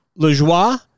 LeJoie